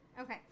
Okay